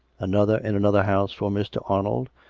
another in another house for mr. arnold,